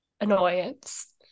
annoyance